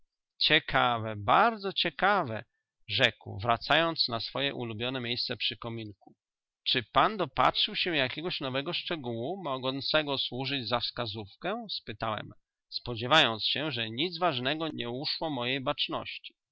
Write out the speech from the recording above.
ciekawe bardzo ciekawe rzekł wracając na swoje ulubione miejsce przy kominku czy pan dopatrzył się jakiego nowego szczegółu mogącego służyć za wskazówkę spytałem spodziewając się że nic ważnego nie uszło mojej baczności zdaje mi